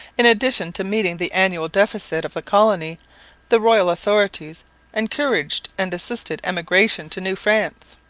in addition to meeting the annual deficit of the colony the royal authorities encouraged and assisted emigration to new france.